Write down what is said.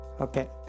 Okay